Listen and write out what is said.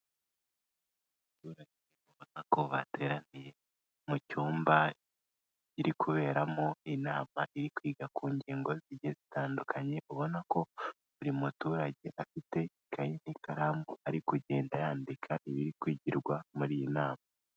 Abaturage ubona ko bateraniye mu cyumba kiri kuberamo inama iri kwiga ku ngingo zitandukanye. Ubona ko buri muturage afite ikayi n'ikaramu ari kugenda yandika ibiri kwigirwa muri iyi nama.